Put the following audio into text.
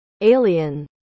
Alien